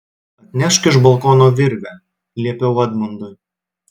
atnešk iš balkono virvę liepiau edmundui